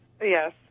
Yes